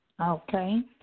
Okay